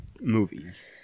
movies